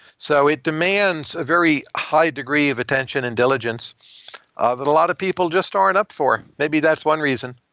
so it demands a very high degree of attention and diligence ah that a lot of people just aren't up for. maybe that's one reason